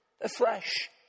afresh